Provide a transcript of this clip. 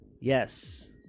Yes